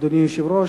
אדוני היושב-ראש,